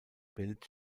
bild